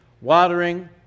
watering